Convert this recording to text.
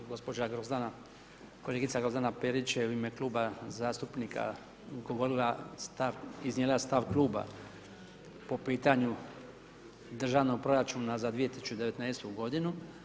Gospođa Grozdana, kolegica Grozdana Perić je u ime Kluba zastupnika govorila, iznijela stav kluba po pitanju Državnog proračuna za 2019. godinu.